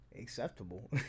Acceptable